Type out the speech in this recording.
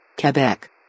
Quebec